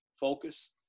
focus